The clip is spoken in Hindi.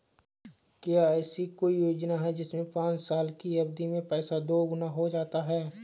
क्या ऐसी कोई योजना है जिसमें पाँच साल की अवधि में पैसा दोगुना हो जाता है?